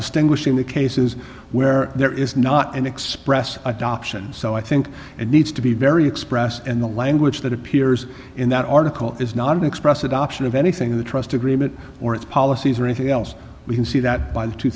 distinguishing the cases where there is not an express adoption so i think it needs to be very express in the language that appears in that article is not an express adoption of anything the trust agreement or its policies or anything else we can see that by the two